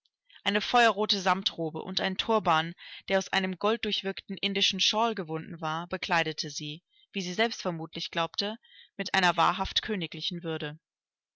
eine feuerrote samtrobe und ein turban der aus einem golddurchwirkten indischen shawl gewunden war bekleidete sie wie sie selbst vermutlich glaubte mit einer wahrhaft königlichen würde